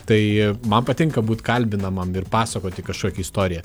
tai man patinka būt kalbinamam ir pasakoti kažkokią istoriją